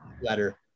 letter